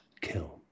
kill